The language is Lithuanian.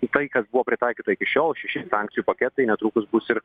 į tai kas buvo pritaikyta iki šiol šeši sankcijų paketai netrukus bus ir